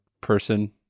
person